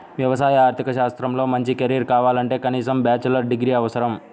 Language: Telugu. వ్యవసాయ ఆర్థిక శాస్త్రంలో మంచి కెరీర్ కావాలంటే కనీసం బ్యాచిలర్ డిగ్రీ అవసరం